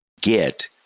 get